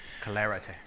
Clarity